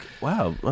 wow